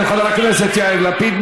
של חבר הכנסת יאיר לפיד.